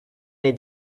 they